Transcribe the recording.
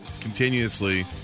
continuously